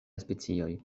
specioj